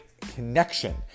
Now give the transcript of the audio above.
connection